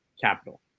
capital